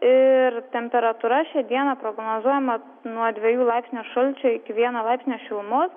ir temperatūra šią dieną prognozuojama nuo dviejų laipsnių šalčio iki vieno laipsnio šilumos